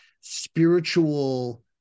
spiritual